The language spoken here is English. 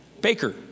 Baker